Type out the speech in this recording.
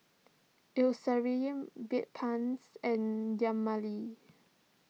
Eucerin Bedpans and Dermale